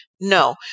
No